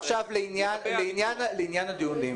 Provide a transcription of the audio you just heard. לעניין הדיונים.